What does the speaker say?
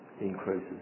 increases